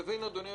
אדוני היושב-ראש,